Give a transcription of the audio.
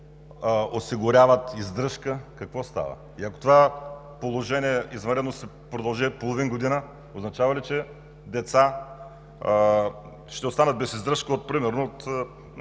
осигуряват издръжка, какво става? И ако това извънредно положение продължи половин година, означава ли, че деца ще останат без издръжка, примерно